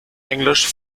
englisch